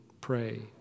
pray